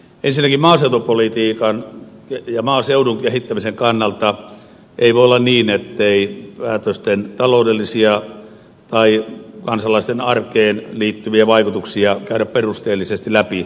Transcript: ensinnäkin maaseutupolitiikan ja maaseudun kehittämisen kannalta ei voi olla niin ettei päätösten taloudellisia tai kansalaisten arkeen liittyviä vaikutuksia käydä perusteellisesti läpi